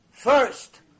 First